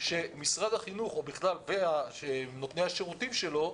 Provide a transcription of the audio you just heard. שמשרד החינוך ונותני שירותים שלו,